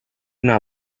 not